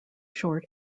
short